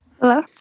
Hello